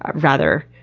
ah rather,